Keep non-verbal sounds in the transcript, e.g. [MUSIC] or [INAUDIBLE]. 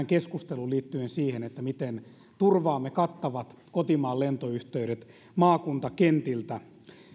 [UNINTELLIGIBLE] keskusteluun liittyen siihen miten turvaamme kattavat kotimaan lentoyhteydet maakuntakentiltä